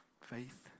faith